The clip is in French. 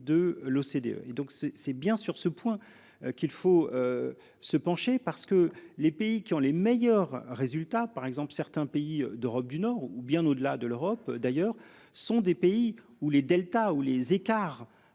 de l'OCDE et donc c'est c'est bien sur ce point qu'il faut. Se pencher, parce que les pays qui ont les meilleurs résultats par exemple certains pays d'Europe du Nord ou bien au-delà de l'Europe d'ailleurs. Sont des pays où les Delta les écarts.